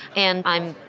and i'm,